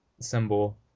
symbol